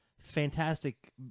fantastic